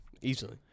Easily